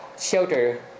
shelter